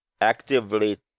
actively